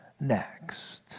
next